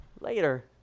Later